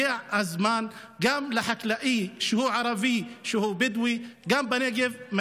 הגיע הזמן לעזור גם לחקלאי הערבי הבדואי בנגב.